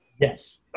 yes